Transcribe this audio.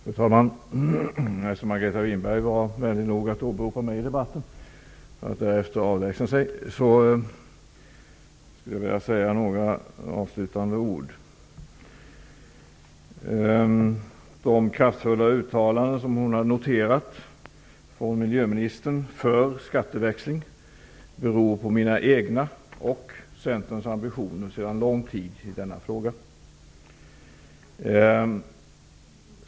Fru talman! Eftersom Margareta Winberg var vänlig nog att åberopa mig i debatten för att därefter avlägsna sig, skulle jag vilja säga några avslutande ord. De kraftfulla uttalanden som hon hade noterat från miljöministern för skatteväxling beror på de ambitioner jag och Centern sedan lång tid tillbaka har i denna fråga.